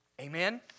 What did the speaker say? Amen